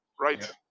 Right